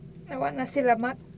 like what nasi lemak